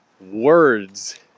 words